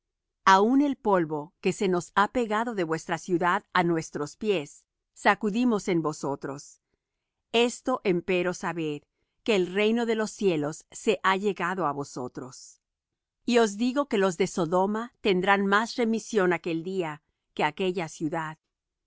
aun el polvo que se nos ha pegado de vuestra ciudad á nuestros pies sacudimos en vosotros esto empero sabed que el reino de los cielos se ha llegado á vosotros y os digo que los de sodoma tendrán más remisión aquel día que aquella ciudad